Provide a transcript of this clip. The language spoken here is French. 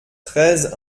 treize